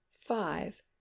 five